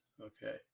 okay